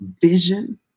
vision